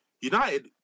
United